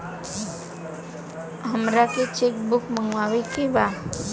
हमारा के cheque book मगावे के बा?